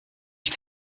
ich